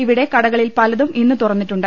ഇവിടെ കടകളിൽ പലതും ഇന്ന് തുറന്നിട്ടുണ്ട്